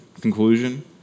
conclusion